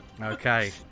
Okay